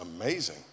amazing